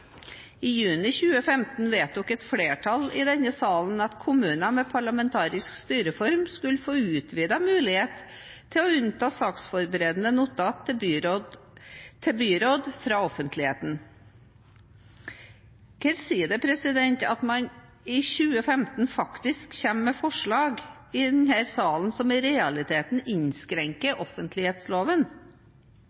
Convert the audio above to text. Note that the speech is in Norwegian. vedtok et flertall i denne salen at kommuner med parlamentarisk styreform skulle få utvidet mulighet til å unnta saksforberedende notater til byråd fra offentlighet. Hva sier det at man i 2015 faktisk kommer med forslag i denne salen som i realiteten innskrenker